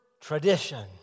tradition